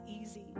easy